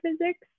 physics